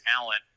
talent